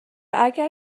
اگر